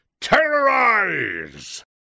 terrorize